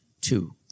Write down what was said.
two